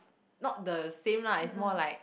not the same lah it's more like